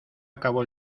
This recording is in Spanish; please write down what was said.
acabó